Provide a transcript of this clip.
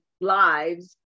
lives